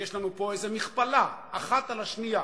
יש לנו פה איזה מכפלה, אחת על השנייה.